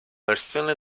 versione